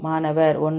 மாணவர் 1